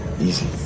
Easy